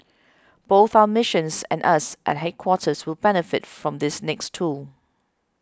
both our missions and us at headquarters will benefit from this next tool